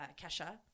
Kesha